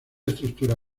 estructura